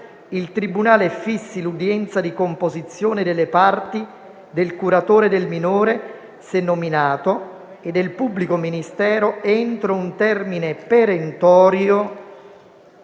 il tribunale fissi l'udienza di comparizione delle parti, del curatore del minore se nominato e del pubblico ministero entro un termine perentorio,